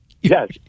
Yes